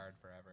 forever